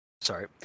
sorry